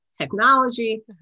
technology